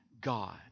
God